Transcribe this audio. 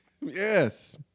Yes